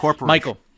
Michael